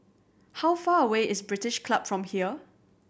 how far away is British Club from here